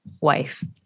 wife